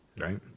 right